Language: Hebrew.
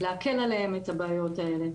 להקל עליהם בבעיות האלה.